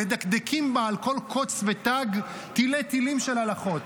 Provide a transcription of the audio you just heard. מדקדקים בה על כל קוץ ותג תילי-תילים של הלכות,